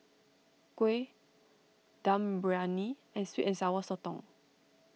Kuih Dum Briyani and Sweet and Sour Sotong